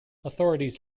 authorities